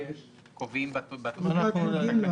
בתקנות?